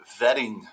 vetting